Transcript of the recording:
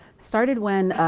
started when,